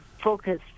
focus